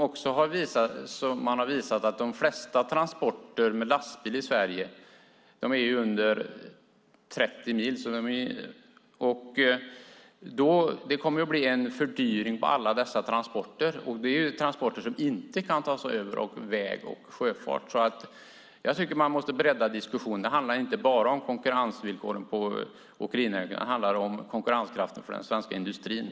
Det har visat sig att de flesta transporter med lastbil i Sverige sker på sträckor kortare än 30 mil. Det blir en fördyring för alla dessa transporter som inte kan föras över till väg och sjöfart. Jag tycker alltså att diskussionen måste breddas. Det handlar inte bara om åkeriägarnas konkurrensvillkor utan också om den svenska industrins konkurrenskraft.